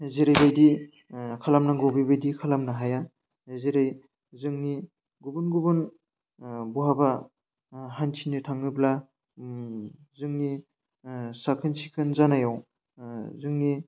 जेरैबायदि खालामनांगौ बेबायदि खालामनो हाया जेरै जोंनि गुबुन गुबुन बहाबा हान्थिनो थाङोब्ला जोंनि साखोन सिखोन जानायाव जोंनि